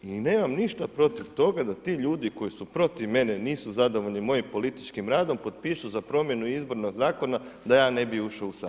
I nemam ništa protiv toga da ti ljudi koji su protiv mene nisu zadovoljni mojim političkim radom potpišu za promjenu izbornog zakona da ja ne bih ušao u Sabor.